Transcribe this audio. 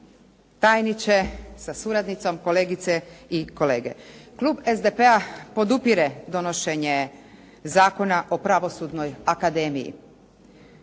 tajniče sa suradnicom, kolegice i kolege. Klub SDP-a podupire donošenje Zakona o Pravosudnoj akademiji